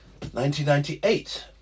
1998